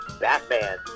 Batman